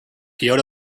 kyoto